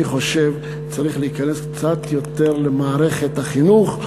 אני חושב שצריך להיכנס קצת יותר למערכת החינוך.